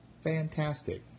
Fantastic